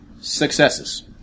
successes